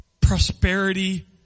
prosperity